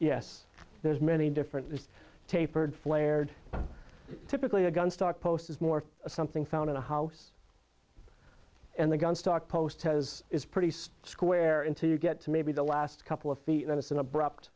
yes there's many differences tapered flared typically a gunstock post is more of something found in the house and the gunstock post has is pretty squarely into you get to maybe the last couple of feet then it's an abrupt